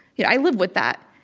you know, i live with that.